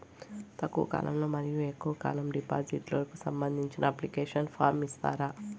తక్కువ కాలం మరియు ఎక్కువగా కాలం డిపాజిట్లు కు సంబంధించిన అప్లికేషన్ ఫార్మ్ ఇస్తారా?